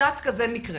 צץ כזה מקרה.